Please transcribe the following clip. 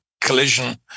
collision